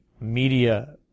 media